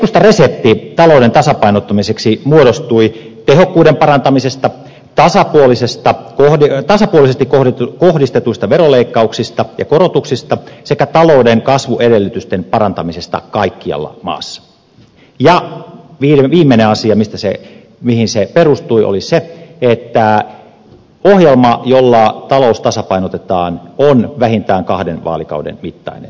keskustan resepti talouden tasapainottamiseksi muodostui tehokkuuden parantamisesta pääsi yöllisistä arveli että se tasapuolisesti kohdistetuista veroleikkauksista ja veronkorotuksista sekä talouden kasvuedellytysten parantamisesta kaikkialla maassa ja viimeinen asia mihin se perustui oli se että ohjelma jolla talous tasapainotetaan on vähintään kahden vaalikauden mittainen